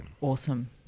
Awesome